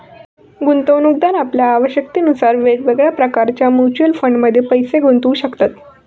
गुंतवणूकदार आपल्या आवश्यकतेनुसार वेगवेगळ्या प्रकारच्या म्युच्युअल फंडमध्ये पैशे गुंतवू शकतत